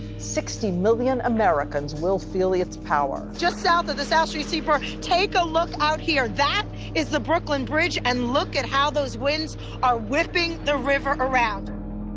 sixty million americans will feel its power just south of the south street seaport, take a look out here. that is the brooklyn bridge, and look at how those winds are whipping the river around